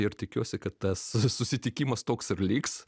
ir tikiuosi kad tas susitikimas toks ir liks